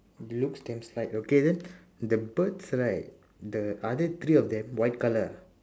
okay then the birds right the other three of them colour ah